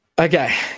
okay